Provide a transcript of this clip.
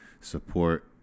support